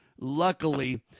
luckily